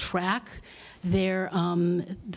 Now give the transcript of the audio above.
track their